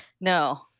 no